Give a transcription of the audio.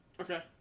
Okay